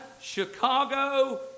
Chicago